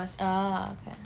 ah okay